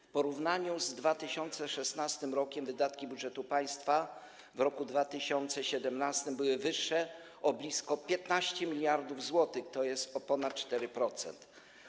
W porównaniu z 2016 r. wydatki budżetu państwa w roku 2017 były wyższe o blisko 15 mld zł, tj. o ponad 4%.